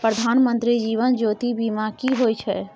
प्रधानमंत्री जीवन ज्योती बीमा की होय छै?